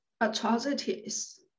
atrocities